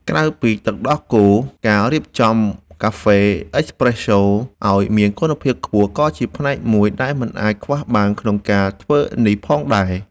ក្រៅពីទឹកដោះគោ ការរៀបចំកាហ្វេអេសប្រេសូឱ្យមានគុណភាពខ្ពស់ក៏ជាផ្នែកមួយដែលមិនអាចខ្វះបានក្នុងការធ្វើនេះផងដែរ។